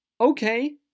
Okay